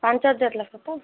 ପାଞ୍ଚ ହଜାର ଲେଖା ତ